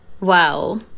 wow